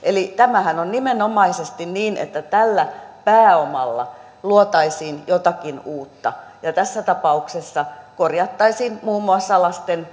tämähän on nimenomaisesti niin että tällä pääomalla luotaisiin jotakin uutta ja tässä tapauksessa korjattaisiin muun muassa lasten